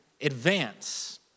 advance